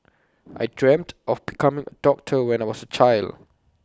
I dreamt of becoming A doctor when I was A child